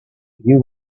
you